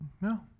No